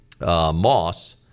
Moss